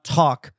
talk